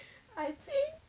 I think